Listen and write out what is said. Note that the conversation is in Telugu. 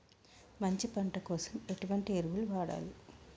మంచి పంట కోసం ఎటువంటి ఎరువులు వాడాలి?